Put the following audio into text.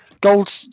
gold